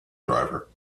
driver